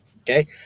okay